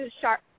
sharp